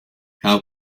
how